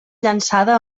llançada